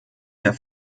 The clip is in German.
der